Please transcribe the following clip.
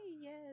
yes